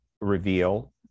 reveal